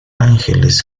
angeles